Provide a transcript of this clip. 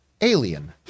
alien